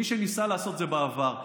מי שניסה לעשות את זה בעבר,